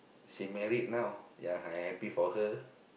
she married now yeah I happy for her